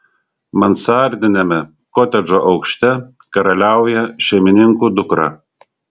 mansardiniame kotedžo aukšte karaliauja šeimininkų dukra